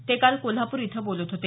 ते काल कोल्हापूर इथं बोलत होते